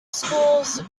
schools